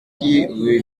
qui